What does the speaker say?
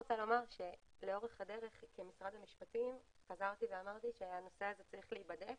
לאורך הדרך כמשרד המשפטים אמרתי שהנושא צריך להיבדק,